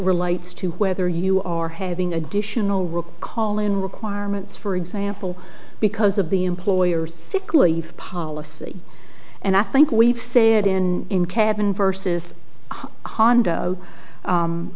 relates to whether you are having additional recall in requirements for example because of the employer sickleave policy and i think we've said in in cabin versus condo